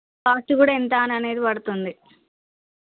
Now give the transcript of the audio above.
cost కూడా ఎంతా అననేది పడుతుంది